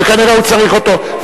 שכנראה הוא צריך אותו.